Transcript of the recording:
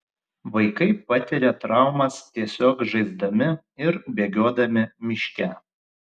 vaikai patiria traumas tiesiog žaisdami ir bėgiodami miške